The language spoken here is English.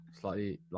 Slightly